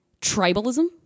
tribalism